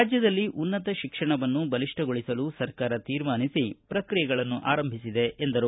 ರಾಜ್ಯದಲ್ಲಿ ಉನ್ನತ ಶಿಕ್ಷಣವನ್ನು ಬಲಿಷ್ಟಗೊಳಿಸಲು ಸರ್ಕಾರ ತೀರ್ಮಾನಿಸಿ ಪ್ರಕ್ರಿಯೆಗಳನ್ನು ಆರಂಭಿಸಿದೆ ಎಂದರು